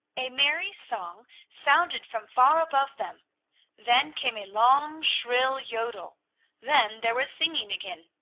a merry song sounded from far above them then came a long, shrill yodel then there was singing again.